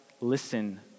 listen